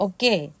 Okay